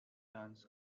dance